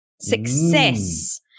Success